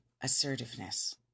assertiveness